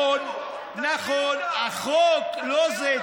נכון, החוק לא זהה.